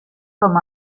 com